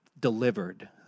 delivered